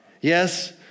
Yes